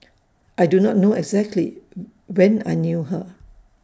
I do not know exactly when I knew her